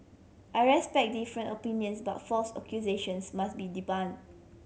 I respect different opinions but false accusations must be debunk